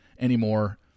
anymore